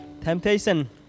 temptation